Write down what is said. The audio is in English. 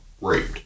raped